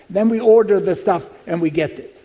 then we order the stuff and we get it.